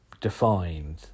defined